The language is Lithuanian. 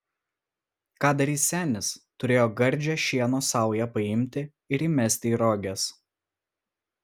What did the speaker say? ką darys senis turėjo gardžią šieno saują paimti ir įmesti į roges